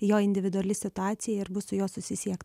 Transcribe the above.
jo individuali situacija ir bus su juo susisiekti